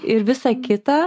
ir visa kita